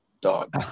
dog